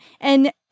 and-